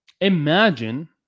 imagine